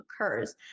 occurs